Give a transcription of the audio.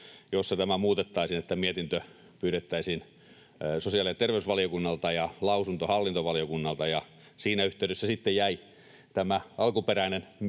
jossa tämä muutettaisiin niin, että mietintö pyydettäisiin sosiaali- ja terveysvaliokunnalta ja lausunto hallintovaliokunnalta, ja siinä yhteydessä sitten jäi pois tämä alkuperäinen